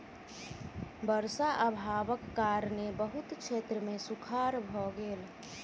वर्षा अभावक कारणेँ बहुत क्षेत्र मे सूखाड़ भ गेल